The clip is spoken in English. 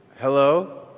Hello